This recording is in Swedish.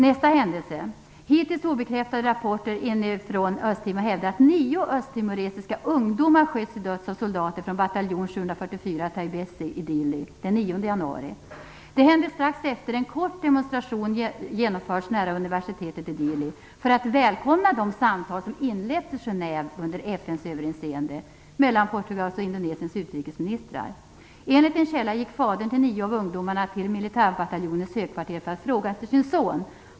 Nästa händelse: Hittills obekräftade rapporter inifrån Östtimor hävdar att nio östtimoresiska ungdomar den 9 januari sköts till döds av soldater från bataljon 744 i Taibessi i Dili. Det hände strax efter det att en kort demonstration genomförts nära universitetet i Dili för att välkomna de samtal mellan Portugals och Indonesiens utrikesministrar som inletts i Genève under FN:s överinseende. Enligt en källa gick fadern till en av ungdomarna till militärbataljonens högkvarter för att fråga efter sin son.